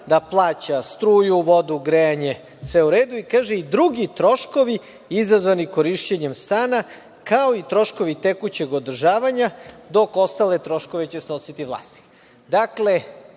da plaća struju, vodu, grejanje, sve je u redu, i kaže – i drugi troškovi izazvani korišćenjem stana, kao i troškovi tekućeg održavanja, dok ostale troškove će snositi vlasnik. Dakle,